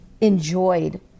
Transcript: enjoyed